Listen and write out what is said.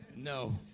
No